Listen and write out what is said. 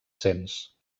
cents